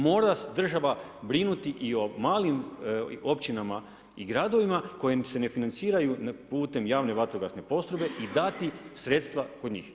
Mora država brinuti i o malim općinama i gradovima kojima se ne financiraju putem javne vatrogasne postrojbe i dati sredstva kod njih.